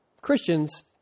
christians